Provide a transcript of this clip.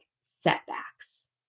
setbacks